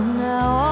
now